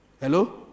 Hello